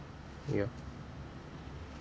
ya